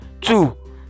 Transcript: two